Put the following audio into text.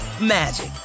magic